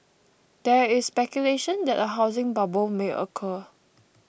there is speculation that a housing bubble may occur